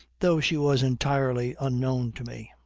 though she was entirely unknown to me.